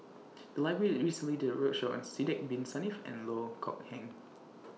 The Library recently did A roadshow on Sidek Bin Saniff and Loh Kok Heng